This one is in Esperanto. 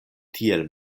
tiel